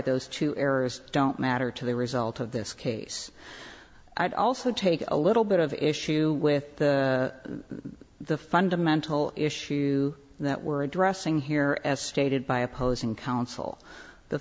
those two errors don't matter to the result of this case i'd also take a little bit of issue with the fundamental issue that we're addressing here as stated by opposing counsel the